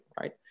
right